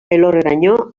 elorrioraino